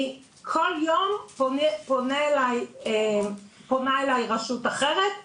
כל יום פונה אליי רשות אחרת,